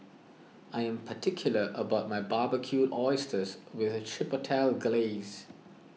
I am particular about my Barbecued Oysters with Chipotle Glaze